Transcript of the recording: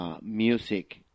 music